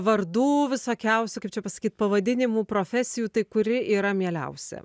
vardų visokiausių kaip čia pasakyt pavadinimų profesijų tai kuri yra mieliausia